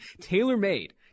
tailor-made